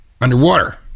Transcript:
Underwater